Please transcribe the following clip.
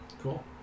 Cool